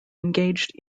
engaged